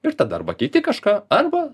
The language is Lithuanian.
ir tada arba keiti kažką arba